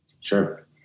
Sure